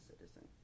citizen